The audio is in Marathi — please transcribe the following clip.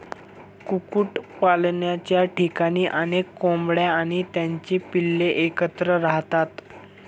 कुक्कुटपालनाच्या ठिकाणी अनेक कोंबड्या आणि त्यांची पिल्ले एकत्र राहतात